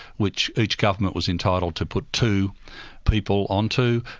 which each government was entitled to put two people onto.